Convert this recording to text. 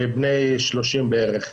בני 30 בערך,